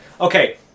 Okay